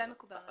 זה מקובל עלינו.